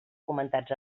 comentats